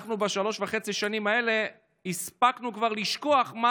אנחנו בשלוש וחצי השנים האלה הספקנו כבר לשכוח מה